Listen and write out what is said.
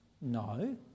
No